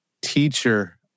teacher